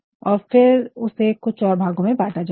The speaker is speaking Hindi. और फिर उसे कुछ और भागों में बांटा जाएगा